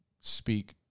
speak